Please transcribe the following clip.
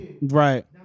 right